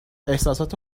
احسسات